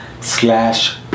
slash